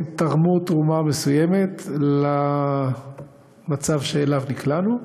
תרמו תרומה מסוימת למצב שנקלענו אליו.